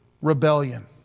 rebellion